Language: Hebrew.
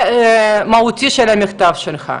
המהותי של המכתב שלך.